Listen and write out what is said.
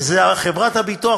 וזו חברת הביטוח,